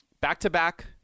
back-to-back